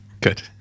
good